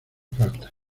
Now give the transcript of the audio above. falta